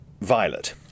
Violet